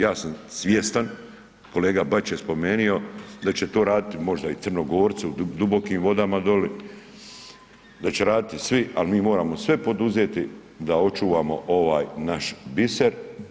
Ja sam svjestan, kolega Bačić je spomenu do će to možda raditi možda i Crnogorci u dubokom vodama doli, da će raditi svi, al mi moramo sve poduzeti da očuvamo ovaj naš biser.